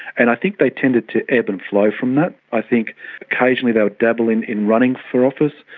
and i think they tended to ebb and flow from that. i think occasionally they would dabble in in running for office,